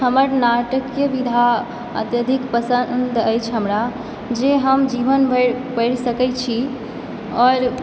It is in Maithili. हमर नाटकके विधा अत्यधिक पसन्द अछि हमरा जे हम जीवन भरि पढि सकैत छी आओर